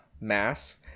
mass